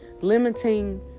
limiting